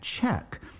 check